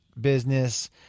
business